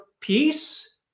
peace